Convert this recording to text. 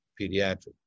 Pediatric